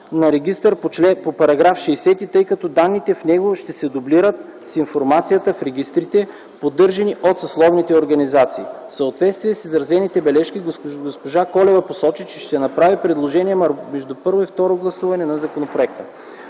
на регистъра по § 60, тъй като данните в него ще се дублират с информацията в регистрите, поддържани от съсловните организации. В съответствие с изразените бележки госпожа Колева посочи, че ще направи предложения между първо и второ гласуване на законопроекта.